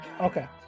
Okay